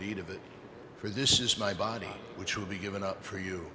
deed of it for this is my body which will be given up for